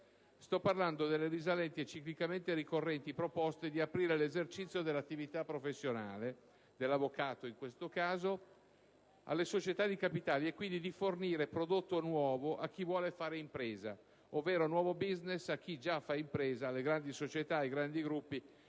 Sto parlando delle risalenti e ciclicamente ricorrenti proposte di aprire l'esercizio dell'attività professionale (dell'avvocato, in questo caso) alle società di capitali e quindi di fornire prodotto nuovo a chi vuol fare impresa, ovvero nuovo *business* a chi già fa impresa: alle grandi società, ai grandi gruppi,